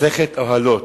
מסכת אהלות: